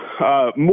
More